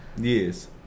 Yes